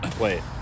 wait